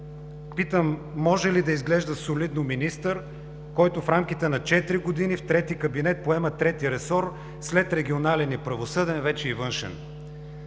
Питам: може ли да изглежда солидно министър, който в рамките на четири години, в трети кабинет, поема трети ресор, след регионален и правосъден, вече и външен?